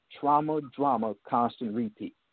trauma-drama-constant-repeat